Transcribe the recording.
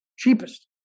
Cheapest